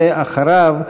ואחריו,